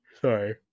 Sorry